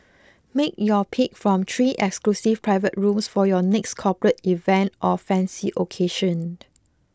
make your pick from three exclusive private rooms for your next corporate event or fancy occasion